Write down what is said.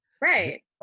right